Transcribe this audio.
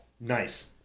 Nice